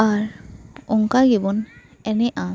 ᱟᱨ ᱚᱱᱠᱟ ᱜᱮᱵᱚᱱ ᱮᱱᱮᱡ ᱟ